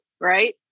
Right